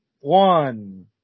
one